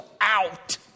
out